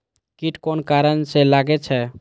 कीट कोन कारण से लागे छै?